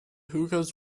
hookahs